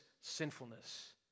sinfulness